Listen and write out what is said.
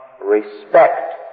respect